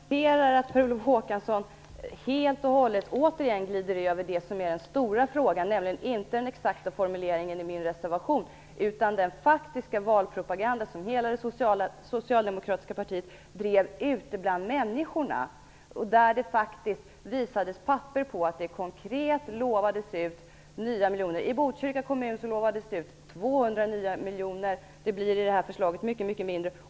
Fru talman! Jag noterar att Per Olof Håkansson helt och hållet återigen glider över det som är den stora frågan. Detta gäller inte den exakta formuleringen i min reservation utan den faktiska valpropaganda som hela det socialdemokratiska partiet drev ute bland människorna. Det visades faktiskt papper där det konkret lovades ut nya miljoner. I Botkyrka kommun lovades det ut 200 nya miljoner. I det här förslaget blir det mycket mindre.